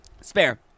Spare